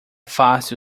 fácil